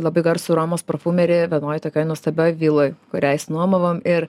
labai garsų romos parfumerį vienoj tokioj nuostabioj viloj kurią išsinuomojom ir